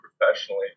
professionally